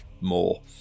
more